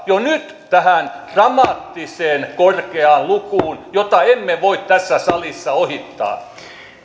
jo nyt tähän dramaattisen korkeaan lukuun jota emme voi tässä salissa ohittaa